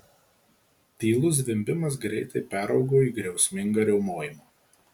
tylus zvimbimas greitai peraugo į griausmingą riaumojimą